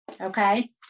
Okay